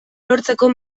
lortzeko